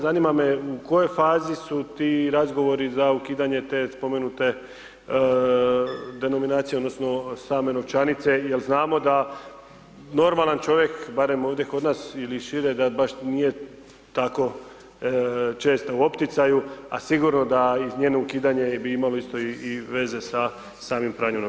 Zanima me u kojoj fazi su ti razgovori za ukidanje te spomenute denuminacije odnosno same novčanice jel znamo da normalan čovjek, barem ovdje kod nas ili šire, da baš nije tako često u opticaju, a sigurno da i njeno ukidanje bi imalo isto i veze sa samim pranjem novca.